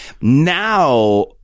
Now